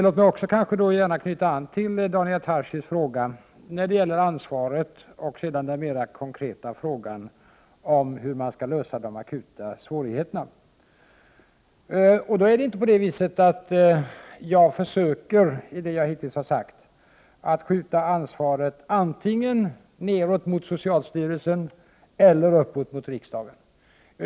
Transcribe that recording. Låt mig knyta an till Daniel Tarschys fråga när det gäller ansvaret och sedan den mera konkreta frågan om hur man skall lösa de akuta svårigheterna. Jag försöker inte skjuta ansvaret antingen nedåt mot socialstyrelsen eller uppåt mot riksdagen.